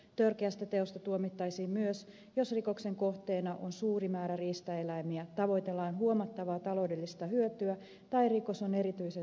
törkeästä teosta tuomittaisiin myös jos rikoksen kohteena on suuri määrä riistaeläimiä jos tavoitellaan huomattavaa taloudellista hyötyä tai jos rikos on erityisen suunnitelmallinen